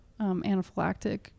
anaphylactic